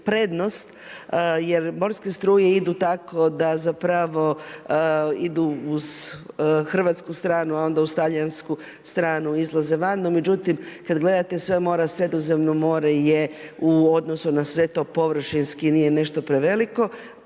prednost jer morske struje idu tako da zapravo idu uz hrvatsku stranu, a onda uz talijansku stranu izlaze van. No međutim, kada gledate sva mora, Sredozemno more je u odnosu na sve to površinski nije nešto preveliko,